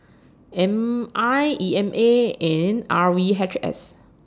M I E M A and R V H S